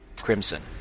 crimson